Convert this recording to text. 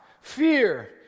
fear